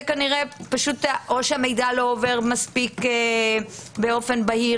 יכול להיות שהמידע לא עובר באופן בהיר